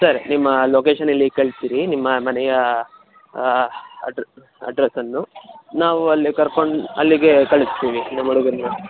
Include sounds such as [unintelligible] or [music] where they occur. ಸರಿ ನಿಮ್ಮ ಲೊಕೇಶನ್ ಇಲ್ಲಿಗೆ ಕಳಿಸ್ಬಿಡಿ ನಿಮ್ಮ ಮನೆಯ ಅಡ್ರೆಸ್ ಅಡ್ರೆಸ್ಸನ್ನು ನಾವು ಅಲ್ಲೇ ಕರ್ಕೊಂಡು ಅಲ್ಲಿಗೆ ಕಳಿಸ್ತೀವಿ [unintelligible]